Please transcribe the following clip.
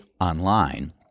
online